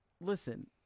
listen